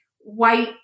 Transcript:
white